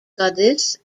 goddess